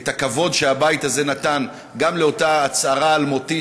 את הכבוד שהבית הזה נתן גם לאותה הצהרה אלמותית,